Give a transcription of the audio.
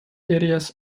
areas